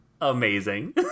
amazing